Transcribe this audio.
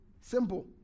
Simple